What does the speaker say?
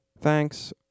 Thanks